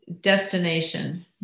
destination